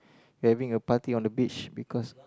having a party on the beach because